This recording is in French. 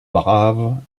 braves